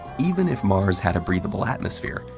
even if mars had a breathable atmosphere,